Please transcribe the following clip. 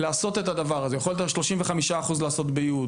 הוא יכול את ה-35% לעשות ב-י',